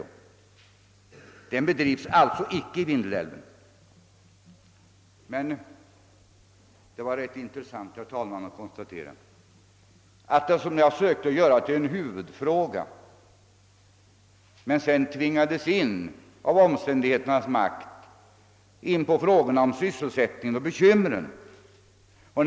Den forskningen bedrivs alltså icke i Vindelälven. Det var angeläget för mig att konstatera att jag från den principiella debatten, som jag sökte göra till en huvudfråga, av omständigheternas makt tvingades in på frågan om sysselsättningen och dess bekymmer.